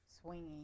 swinging